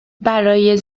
برای